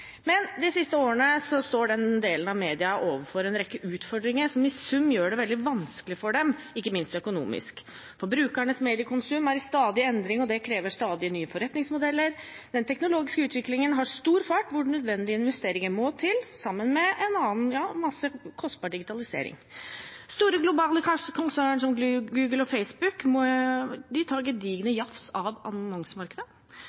Men de siste årene har denne delen av media stått overfor en rekke utfordringer som i sum gjør det veldig vanskelig for dem, ikke minst økonomisk: Brukernes mediekonsum er i stadig endring, og det krever stadig nye forretningsmodeller. Den teknologiske utviklingen har stor fart hvor nødvendige investeringer må til, sammen med annen kostbar digitalisering. Store globale konsern som Google og Facebook